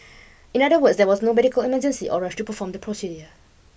in other words there was no medical emergency or rush to perform the procedure